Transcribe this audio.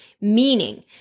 meaning